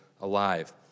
alive